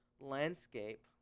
landscape